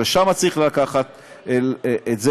לשם צריך לקחת את זה,